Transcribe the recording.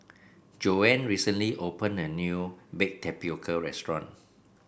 Joanne recently opened a new Baked Tapioca restaurant